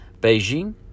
Beijing